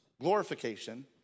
glorification